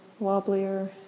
wobblier